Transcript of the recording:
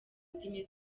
ndimi